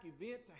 event